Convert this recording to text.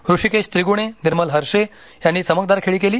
ऋषिकेश त्रिगुणे निर्मल हर्षे यांनी चमकदार खेळी केली